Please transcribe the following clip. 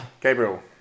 Gabriel